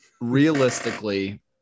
realistically